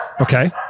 Okay